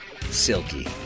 silky